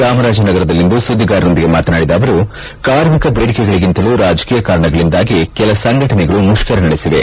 ಚಾಮರಾಜನಗರದಲ್ಲಿಂದು ಸುದ್ದಿಗಾರರೊಂದಿಗೆ ಮಾತನಾಡಿದ ಅವರು ಕಾರ್ಮಿಕ ಬೇಡಿಕೆಗಳಿಗಿಂತಲೂ ರಾಜಕೀಯ ಕಾರಣದಿಂದಾಗಿ ಕೆಲ ಸಂಘಟನೆಗಳು ಮುತ್ತರ ನಡೆಸಿವೆ